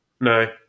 no